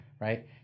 right